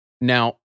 Now